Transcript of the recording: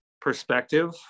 perspective